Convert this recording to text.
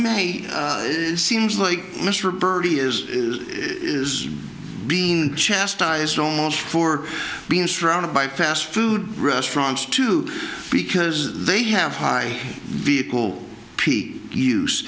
may seems like mr bertie is is being chastised almost for being surrounded by fast food restaurants too because they have high vehicle pete use